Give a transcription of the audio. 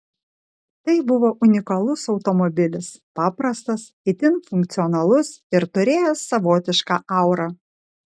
tai buvo unikalus automobilis paprastas itin funkcionalus ir turėjęs savotišką aurą